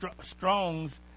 Strong's